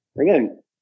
Again